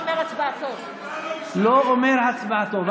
לא אומר הצבעתו.